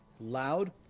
loud